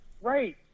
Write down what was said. Right